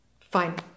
Fine